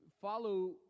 Follow